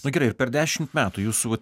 nu gerai ir per dešimt metų jūsų va